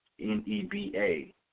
N-E-B-A